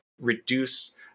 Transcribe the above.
reduce